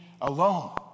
alone